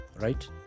right